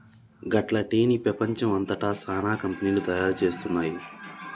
గట్ల టీ ని పెపంచం అంతట సానా కంపెనీలు తయారు చేస్తున్నాయి